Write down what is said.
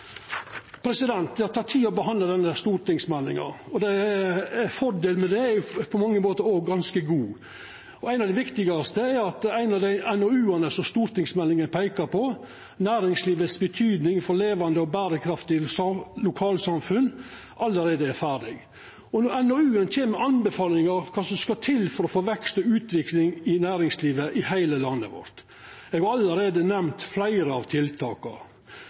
tid å behandla denne stortingsmeldinga, og det er på mange måtar nokre fordelar ved det. Ein av dei viktigaste er at ein av dei NOU-ane som stortingsmeldinga peiker på, «Næringslivets betydning for levende og bærekraftige lokalsamfunn», allereie er ferdig. Denne NOU-en kjem med anbefalingar om kva som skal til for å få vekst og utvikling i næringslivet i heile landet vårt. Eg har allereie nemnt fleire av tiltaka.